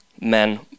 Men